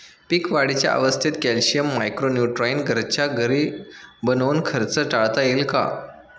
पीक वाढीच्या अवस्थेत calcium, micro neutron घरच्या घरी बनवून खर्च टाळता येईल का?